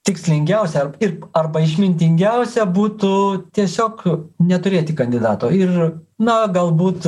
tikslingiausia ir arba išmintingiausia būtų tiesiog neturėti kandidato ir na galbūt